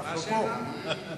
אנחנו פה.